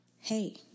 hey